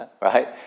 right